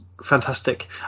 Fantastic